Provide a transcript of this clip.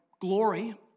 glory